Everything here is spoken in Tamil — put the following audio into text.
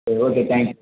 சரி ஓகே தேங்க்ஸ்